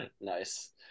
Nice